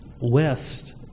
west